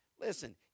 Listen